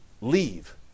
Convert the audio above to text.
leave